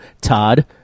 Todd